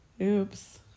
Oops